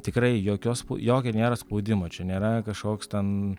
tikrai jokio sp jokio nėra spaudimo čia nėra kašoks ten